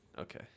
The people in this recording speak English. Okay